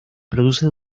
produce